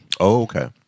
okay